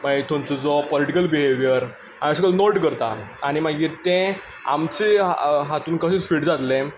मागीर थंयचो जो पॉलिटिकल बिहेवियर हांव नोट करतां आनी मागीर तें आमचे हातूंत कशें फीट जातलें